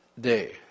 day